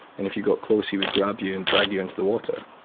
and if you got close he would grab you and drag you into the water.